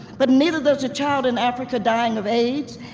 but neither does a child in africa dying of aids,